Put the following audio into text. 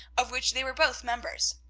of which they were both members.